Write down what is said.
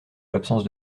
l’absence